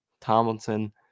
Tomlinson